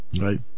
Right